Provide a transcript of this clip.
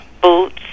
boots